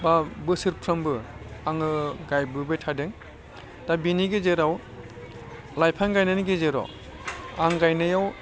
बा बोसोरफ्रोमबो आङो गायबोबाय थादों दा बेनि गेजेराव लाइफां गायनायनि गेजेराव आं गायनायाव